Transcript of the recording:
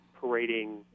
parading